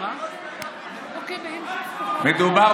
מדובר